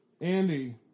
andy